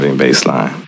baseline